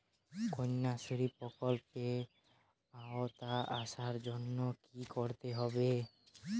কন্যাশ্রী প্রকল্পের আওতায় আসার জন্য কী করতে হবে?